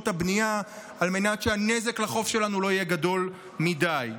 הבנייה על מנת שהנזק לחוף שלנו לא יהיה גדול מדי.